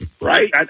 right